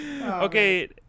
Okay